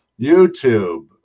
YouTube